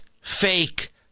fake